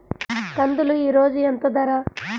కందులు ఈరోజు ఎంత ధర?